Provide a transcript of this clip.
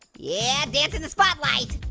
yeah dance in the spotlight.